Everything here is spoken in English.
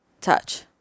touch